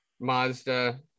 Mazda